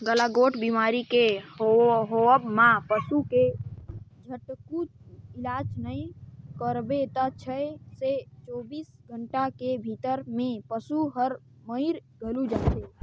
गलाघोंट बेमारी के होवब म पसू के झटकुन इलाज नई कराबे त छै से चौबीस घंटा के भीतरी में पसु हर मइर घलो जाथे